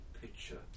picture